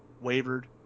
wavered